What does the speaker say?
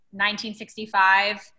1965